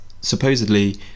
supposedly